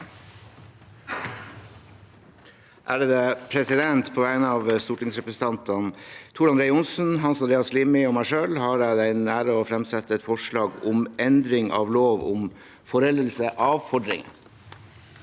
(FrP) På vegne av stortingsrepresentantene Tor André Johnsen, Hans Andreas Limi og meg selv har jeg den ære å fremsette et forslag om endring av lov om foreldelse av fordringer.